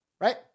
right